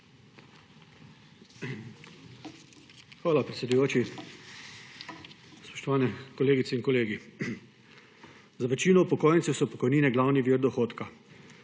Hvala, predsedujoči. Spoštovane kolegice in kolegi! Za večino upokojencev so pokojnine glavni vir dohodka.